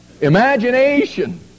imagination